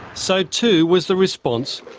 so too was the response.